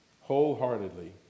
wholeheartedly